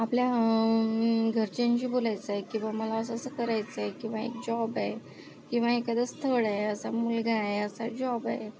आपल्या घरच्यांशी बोलायचं आहे किंवा मग असं असं करायचं आहे किंवा एक जॉब आहे किंवा एखादं स्थळ आहे असा मुलगा आहे असा जॉब आहे